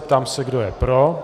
Ptám se, kdo je pro.